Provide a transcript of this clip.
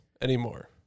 anymore